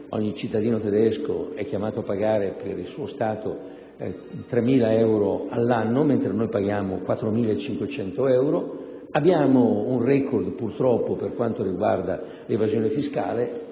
ogni cittadino tedesco è chiamato a pagare per il suo Stato 3.000 euro all'anno, mentre noi paghiamo 4.500 euro. Abbiamo un *record* purtroppo per quanto riguarda l'evasione fiscale: